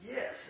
Yes